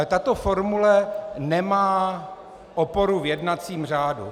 Tato formule nemá oporu v jednacím řádu.